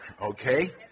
Okay